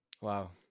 Wow